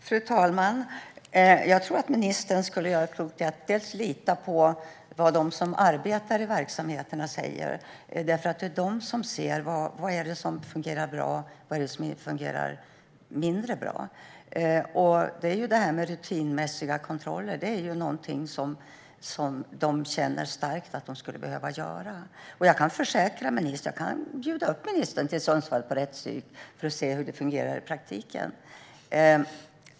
Fru talman! Jag tror att ministern skulle göra klokt i att lita på vad de som arbetar i verksamheterna säger. Det är ju de som ser vad som fungerar bra och vad som fungerar mindre bra. Detta med rutinmässiga kontroller är något de känner starkt att de skulle behöva göra. Jag kan bjuda in ministern till rättspsyk i Sundsvall för att han ska se hur det fungerar i praktiken.